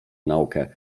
naukę